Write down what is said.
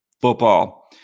Football